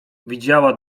widziała